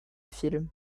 film